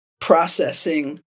processing